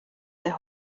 their